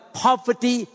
poverty